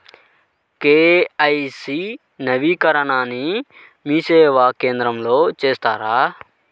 KYC నవీకరణని మీసేవా కేంద్రం లో చేస్తారా?